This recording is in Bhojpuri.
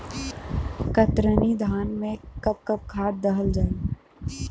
कतरनी धान में कब कब खाद दहल जाई?